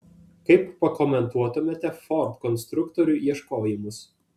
kaip pakomentuotumėte ford konstruktorių ieškojimus